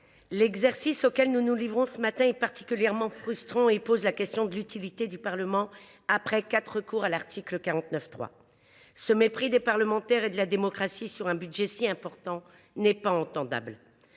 l’exercice auquel nous nous livrons ce matin est particulièrement frustrant et pose la question de l’utilité du Parlement après quatre recours à l’article 49.3. Ce mépris des parlementaires et de la démocratie lors de l’examen d’un budget si important n’est pas acceptable.